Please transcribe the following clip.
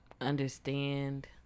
understand